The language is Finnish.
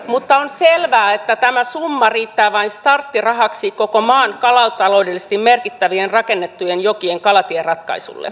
mutta on selvää että tämä summa riittää vain starttirahaksi koko maan kalataloudellisesti merkittävien rakennettujen jokien kalatieratkaisulle